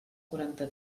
quaranta